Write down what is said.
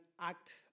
act